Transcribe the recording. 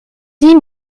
dit